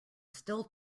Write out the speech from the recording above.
still